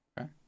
okay